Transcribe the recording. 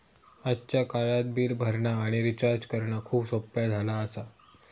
आजच्या काळात बिल भरणा आणि रिचार्ज करणा खूप सोप्प्या झाला आसा